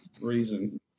reason